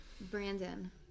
Brandon